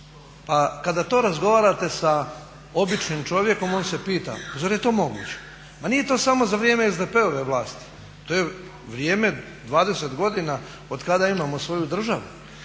Pa kada to razgovarate sa običnim čovjekom on se pita zar je to moguće. Ma nije to samo za vrijeme SDP-ove vlasti, to je vrijeme 20 godina otkada imamo svoju državu.